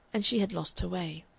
and she had lost her way.